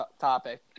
topic